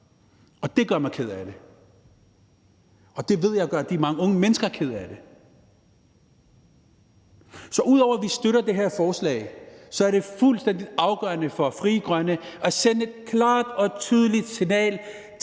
Det gør mig ked af det, og det ved jeg gør de mange unge mennesker kede af det. Så ud over at vi støtter det her forslag, er det fuldstændig afgørende for Frie Grønne at sende et klart og tydeligt signal til